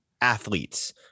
athletes